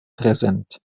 präsent